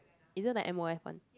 isn't like m_o_f one